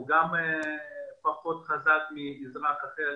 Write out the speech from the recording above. הוא פחות חזק מאזרח אחר.